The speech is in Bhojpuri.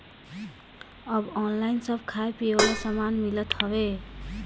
अब ऑनलाइन सब खाए पिए वाला सामान मिलत हवे